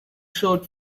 showed